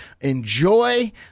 Enjoy